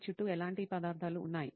మీ చుట్టూ ఎలాంటి పదార్థాలు ఉన్నాయి